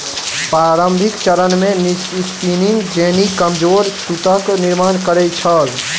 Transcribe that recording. प्रारंभिक चरण मे स्पिनिंग जेनी कमजोर सूतक निर्माण करै छल